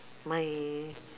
my